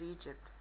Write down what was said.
Egypt